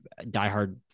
diehard